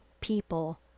people